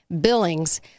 Billings